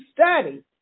study